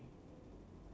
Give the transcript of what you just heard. uh